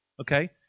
okay